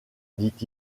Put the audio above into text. dit